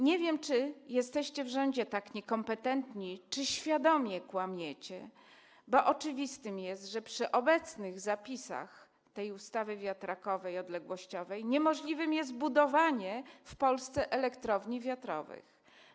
Nie wiem, czy jesteście w rządzie tak niekompetentni, czy świadomie kłamiecie, bo oczywiste jest, że przy obecnych zapisach tej ustawy wiatrakowej, odległościowej niemożliwe jest budowanie w Polsce elektrowni wiatrowych.